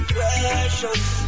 Precious